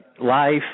life